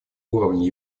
уровня